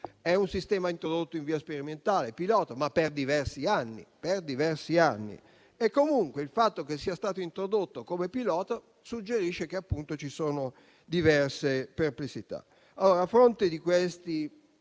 un sistema introdotto in via sperimentale, pilota, ma per diversi anni. In ogni caso, il fatto che sia stato introdotto come progetto pilota suggerisce che ci sono diverse perplessità. A fronte dei